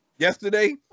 yesterday